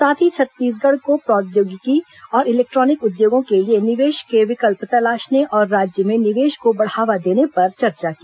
साथ ही छत्तीसगढ़ को प्रौद्योगिकी और इलेक्ट्रॉनिक उद्योगों के लिए निवेश के विकल्प तलाशने और राज्य में निवेश को बढ़ावा देने पर चर्चा की